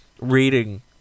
reading